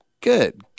Good